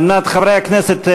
חברי הכנסת,